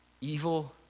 Evil